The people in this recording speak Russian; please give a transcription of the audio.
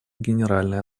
генеральной